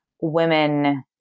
women